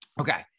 Okay